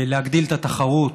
להגדיל את התחרות